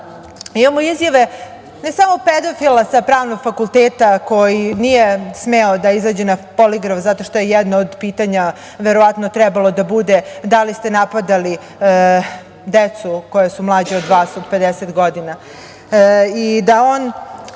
Imamo izjave, ne samo pedofila sa Pravnog fakulteta, koji nije smeo da izađe na poligraf zato što je jedno od pitanja, verovatno, trebalo da bude – da li ste napadali decu koja su mlađa od vas 50 godina. On na